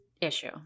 issue